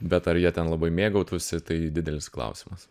bet ar jie ten labai mėgautųsi tai didelis klausimas